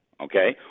okay